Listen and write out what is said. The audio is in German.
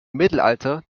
mittelalter